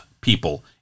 people